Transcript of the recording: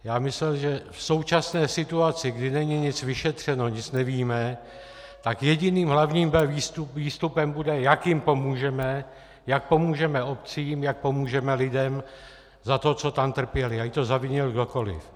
Já myslel, že v současné situaci, kdy není nic vyšetřeno, nic nevíme, tak jediným hlavním výstupem bude, jak jim pomůžeme, jak pomůžeme obcím, jak pomůžeme lidem za to, jak tam trpěli, ať to zavinil kdokoli.